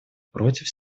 против